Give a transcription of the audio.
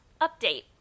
Update